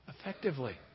effectively